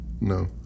no